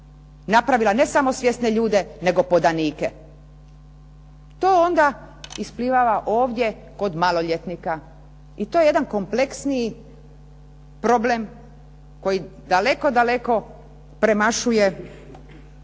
napravila ne samo svjesne ljude nego podanike. To onda isplivava ovdje kod maloljetnika i to je jedan kompleksniji problem koji daleko, daleko premašuje